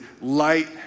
light